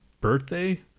birthday